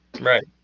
Right